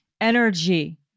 energy